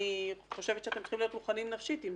אני חושבת שאתם צריכים להיות מוכנים נפשית: אם